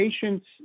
patients